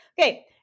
Okay